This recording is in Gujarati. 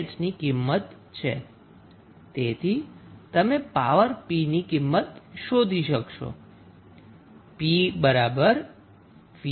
તેથી તમે પાવર 𝑝 ની કિંમત શોધી શકશો